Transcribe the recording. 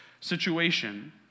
situation